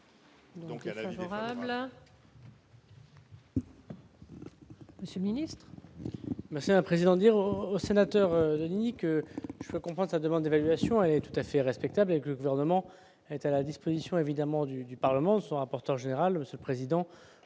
Monsieur le ministre,